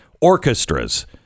orchestras